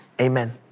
Amen